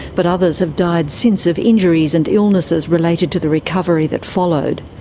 but others have died since of injuries and illnesses related to the recovery that followed.